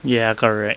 ya correct